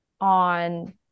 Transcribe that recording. on